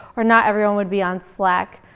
or not everyone would be on slack.